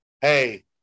Hey